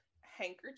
handkerchief